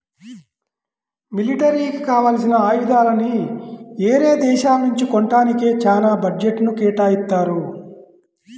మిలిటరీకి కావాల్సిన ఆయుధాలని యేరే దేశాల నుంచి కొంటానికే చానా బడ్జెట్ను కేటాయిత్తారు